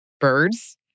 birds